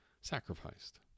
sacrificed